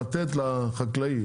לתת לחקלאי,